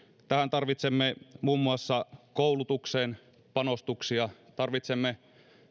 tarvitsemme panostuksia muun muassa koulutukseen tarvitsemme